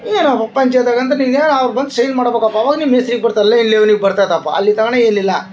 ಏನು ಪಂಚಾಯ್ತ್ಯಾಗ ಅಂದ್ರೆ ಈಗ ಅವ್ರು ಬಂದು ಸೈನ್ ಮಾಡ್ಬಕಪ್ಪ ಅವಾಗ ನಿಮ್ಮ ಹೆಸ್ರಿಗೆ ಬರ್ತಾದೆ ಇಲ್ಲ ಇವ್ನಿಗೆ ಬರ್ತೈತಪ್ಪ ಅಲ್ಲಿಗೆ ತಗಣ ಇಲ್ಲಿಲ್ಲ